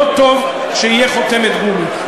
לא טוב שיהיה חותמת גומי,